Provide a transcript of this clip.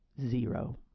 zero